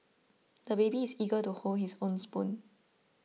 the baby is eager to hold his own spoon